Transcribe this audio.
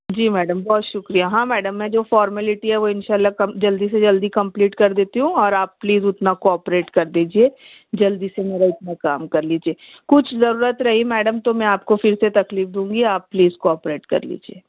جی madam بہت شکریہ ہاں میڈم میں جو فارملیٹی ہے وہ ان شاء اللہ کم جلدی سے جلدی کمپلیٹ کر دیتی ہوں اور آپ پلیز اتنا کوآپریٹ کر دیجیے جلدی سے میرا اتنا کام کر لیجئے کچھ ضرورت رہی میڈم تو میں آپ کو پھر سے تکلیف دوں گی آپ پلیز کوآپریٹ کر لیجیے